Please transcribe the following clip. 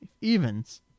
Evens